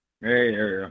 Hey